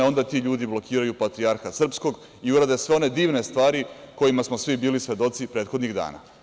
Onda ti ljudi blokiraju Patrijarha srpskog i urade sve one divne stvari kojima smo svi bili svedoci prethodnih dana.